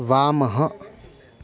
वामः